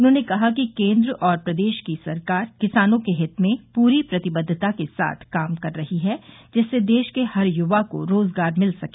उन्होंने कहा कि केन्द्र और प्रदेश की सरकार किसानों के हित में पूरी प्रतिबद्वता के साथ काम कर रही है जिससे देश के हर युवा को रोजगार मिल सके